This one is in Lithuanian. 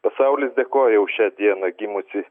pasaulis dėkoja už šią dieną gimusį